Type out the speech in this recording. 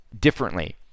differently